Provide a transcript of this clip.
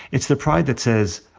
it's the pride that says,